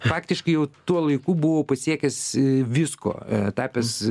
faktiškai jau tuo laiku buvau pasiekęs visko tapęs